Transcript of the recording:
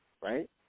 right